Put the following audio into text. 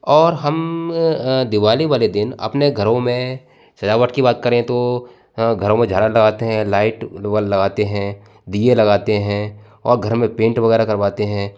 और हम दिवाली वाले दिन अपने घरों में सजावट की बात करें तो घरों में झारा लगाते हैं लाइट लगाते हैं दियें लगाते हैं और घर में पेंट वगैरह करवाते हैं